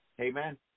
Amen